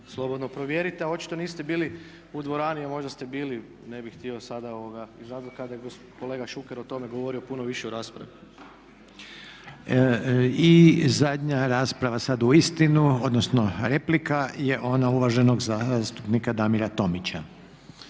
slobodno provjerite. A očito niste bili u dvorani, a možda ste bili, ne bih htio sada …/Govornik se ne razumije./… kada je kolega Šuker o tome govorio puno više u raspravi. **Reiner, Željko (HDZ)** I zadnja rasprava sad uistinu, odnosno replika je ona uvaženog zastupnika Damira Tomića.